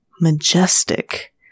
Majestic